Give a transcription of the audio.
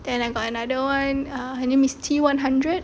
then I got another one ah her name is T one hundred